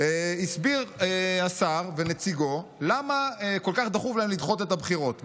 הסבירו השר ונציגו למה כל כך דחוף להם לדחות את הבחירות.